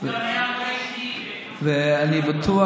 הוא גם היה המורה שלי בבית הספר